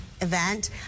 event